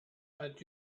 but